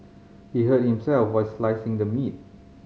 he hurt himself while slicing the meat